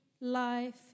life